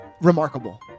remarkable